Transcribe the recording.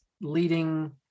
leading